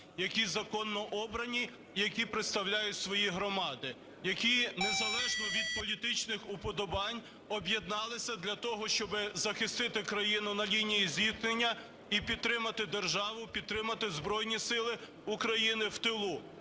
які законно обрані, які представляють свої громади. Які незалежно від політичних уподобань об'єдналися для того, щоби захистити країну на лінії зіткнення і підтримати державу, підтримати Збройні Сили України в тилу.